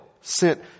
sent